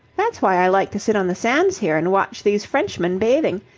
that's why i like to sit on the sands here and watch these frenchmen bathing.